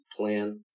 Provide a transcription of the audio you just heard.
plan